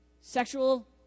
sexual